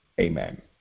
Amen